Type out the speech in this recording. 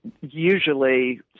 Usually